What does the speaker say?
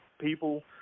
people